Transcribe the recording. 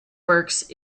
works